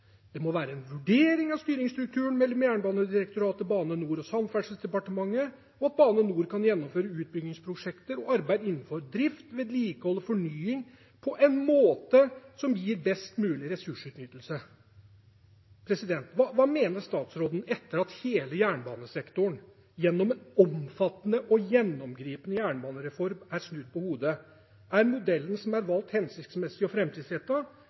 det må være en vurdering av styringsstrukturen mellom Jernbanedirektoratet, Bane NOR og Samferdselsdepartementet, og at «Bane NOR kan gjennomføre utbyggingsprosjekter og arbeid innenfor drift, vedlikehold og fornying på en måte som gir best mulig ressursutnyttelse». Hva mener statsråden etter at hele jernbanesektoren, gjennom en omfattende og gjennomgripende jernbanereform, er snudd på hodet? Er modellen som er valgt, hensiktsmessig og